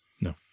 No